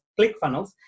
ClickFunnels